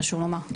חשוב לומר.